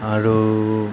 আৰু